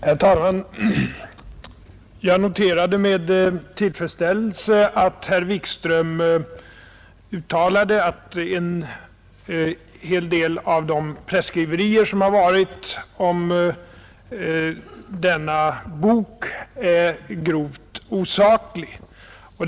Herr talman! Jag noterade med tillfredställelse att herr Wikström uttalade att en hel del av de presskriverier som förekommit om boken är grovt osakliga.